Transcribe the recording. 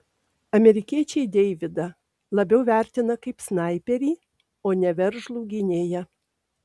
amerikiečiai deividą labiau vertina kaip snaiperį o ne veržlų gynėją